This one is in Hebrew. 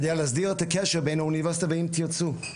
כדי להסדיר את הקשר בין האוניברסיטה ל"אם תרצו".